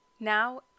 Now